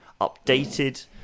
updated